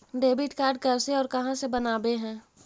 Debit card कैसे और कहां से बनाबे है?